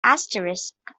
asterisk